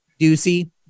Ducey